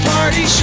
Party